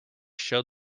showed